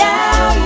Now